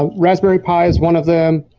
ah raspberry pi is one of them.